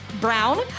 brown